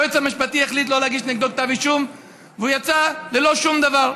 היועץ המשפטי החליט לא להגיש נגדו כתב אישום והוא יצא ללא שום דבר.